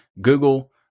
Google